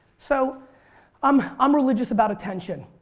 so i'm um religious about attention.